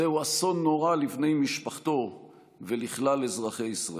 זהו אסון נורא לבני משפחתו ולכלל אזרחי ישראל.